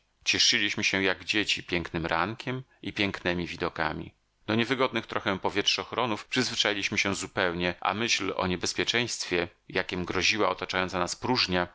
cieszyliśmy się jak dzieci pięknym rankiem i pięknemi widokami do niewygodnych trochę powietrzochronów przyzwyczailiśmy się zupełnie a myśl o niebezpieczeństwie jakiem groziła otaczająca nas próżnia